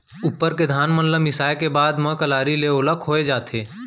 उप्पर के धान मन ल मिसाय के बाद म कलारी ले ओला खोय जाथे